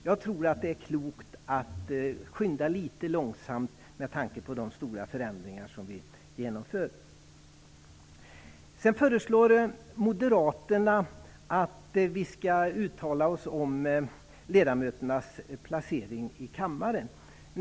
Jag tror att det är klokt att skynda litet långsamt med tanke på de stora förändringar som vi genomför. Moderaterna föreslår att vi skall uttala oss om ledamöternas placering i kammaren.